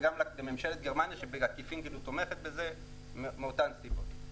וגם לממשלת גרמניה שבעקיפין כאילו תומכת בזה מאותן סיבות.